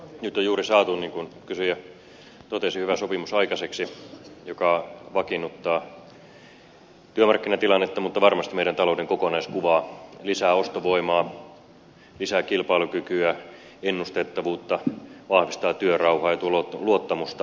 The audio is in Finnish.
nyt on juuri saatu niin kuin kysyjä totesi aikaiseksi hyvä sopimus joka vakiinnuttaa työmarkkinatilannetta mutta varmasti myös meidän taloutemme kokonaiskuvaa lisää ostovoimaa lisää kilpailukykyä ennustettavuutta vahvistaa työrauhaa ja tuo luottamusta suomalaiseen yhteiskuntaan